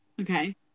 okay